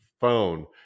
phone